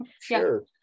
Sure